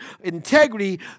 integrity